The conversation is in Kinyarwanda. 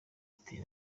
ati